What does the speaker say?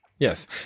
Yes